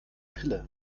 pille